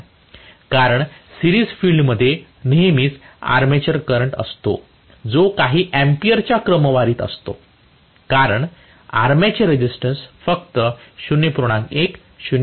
कारण सिरीज फील्डमध्ये नेहमीच आर्मेचर करंट असतो जो काही अँपिअरच्या क्रमवारीत असतो कारण आर्मेचर रेझिस्टन्स फक्त 0